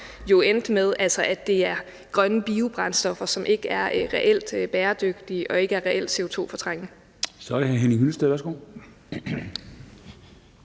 jo endte med, at det er grønne biobrændstoffer, som ikke er reelt bæredygtige og ikke er reelt CO2-fortrængende. Kl. 11:04 Formanden (Henrik